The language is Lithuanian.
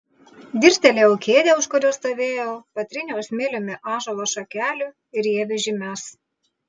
dirstelėjau į kėdę už kurios stovėjau patryniau smiliumi ąžuolo šakelių ir rievių žymes